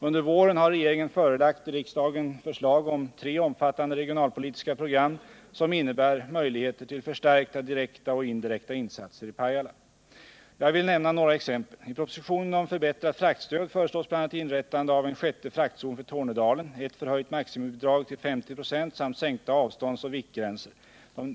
Under våren har regeringen förelagt riksdagen förslag om tre omfattande regionalpolitiska program som innebär möjligheter till förstärkta direkta och indirekta insatser i Pajala. Jag vill nämna några exempel. I propositionen om förbättrat fraktstöd föreslås bl.a. inrättande av en sjätte fraktzon för Tornedalen, ett förhöjt maximibidrag till 50 96 samt sänkta avståndsoch viktgränser.